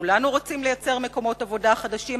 כולנו רוצים לייצר מקומות עבודה חדשים.